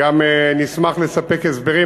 אני גם אשמח לספק הסברים,